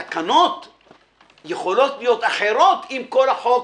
התקנות יכולות להיות אחרות, אם כל החוק